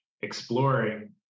exploring